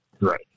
Right